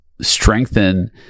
strengthen